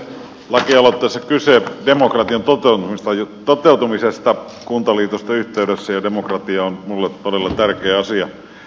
lakialoitteessa on kyse demokratian toteutumisesta kuntaliitosten yhteydessä ja demokratia on minulle todella tärkeä asia